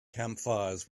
campfires